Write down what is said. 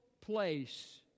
place